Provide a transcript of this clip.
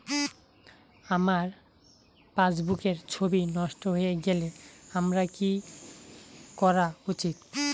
আমার পাসবুকের ছবি নষ্ট হয়ে গেলে আমার কী করা উচিৎ?